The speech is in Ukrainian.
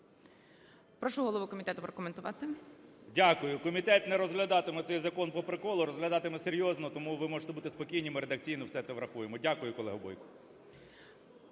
Прошу голову комітету прокоментувати. 11:07:51 КНЯЖИЦЬКИЙ М.Л. Дякую. Комітет не розглядатиме цей закон "по приколу", розглядатиме серйозно, тому ви можете бути спокійні, ми редакційно все це врахуємо. Дякую, колего Бойко.